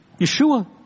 Yeshua